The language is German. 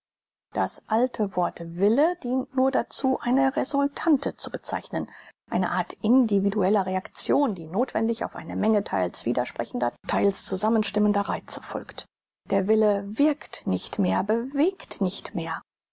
das alte wort wille dient nur dazu eine resultante zu bezeichnen eine art individueller reaktion die nothwendig auf eine menge theils widersprechender theils zusammenstimmender reize folgt der wille wirkt nicht mehr bewegt nicht mehr